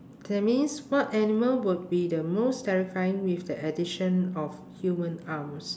that means what animal would be the most terrifying with the addition of human arms